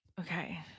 Okay